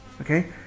okay